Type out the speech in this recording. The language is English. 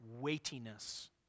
weightiness